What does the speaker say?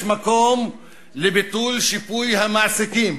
יש מקום לביטול שיפוי המעסיקים,